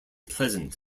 pleasant